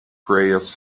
prayers